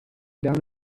down